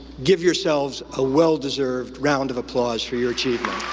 give yourselves a well-deserved round of applause for your achievement.